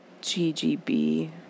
GGB